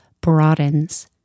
broadens